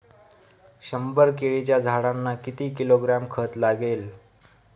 शंभर केळीच्या झाडांना किती किलोग्रॅम खत लागेल?